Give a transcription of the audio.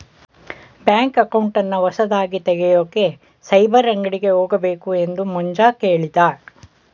bank ಅಕೌಂಟನ್ನ ಹೊಸದಾಗಿ ತೆಗೆಯೋಕೆ ಸೈಬರ್ ಅಂಗಡಿಗೆ ಹೋಗಬೇಕು ಎಂದು ಮಂಜ ಕೇಳಿದ